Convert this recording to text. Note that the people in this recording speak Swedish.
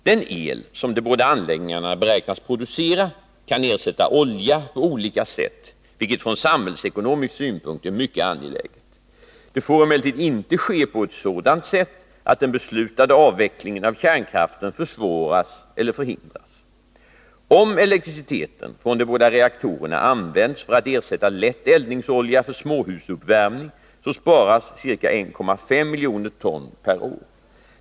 Den el som de båda anläggningarna beräknas producera kan ersätta olja på olika sätt, vilket från samhällsekonomisk synpunkt är mycket angeläget. Det får emellertid inte ske på ett sådant sätt att den beslutade avvecklingen av kärnkraften försvåras eller förhindras. Om elektriciteten från de båda reaktorerna används för att ersätta lätt eldningsolja för småhusuppvärmning så sparas ca 1,5 milj. ton per år.